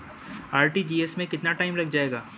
RTGS में कितना time लग जाएगा?